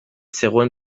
zegoen